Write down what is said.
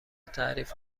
تعریف